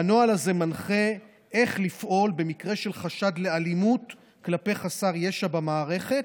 והנוהל הזה מנחה איך לפעול במקרה של חשד לאלימות כלפי חסר ישע במערכת,